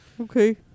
Okay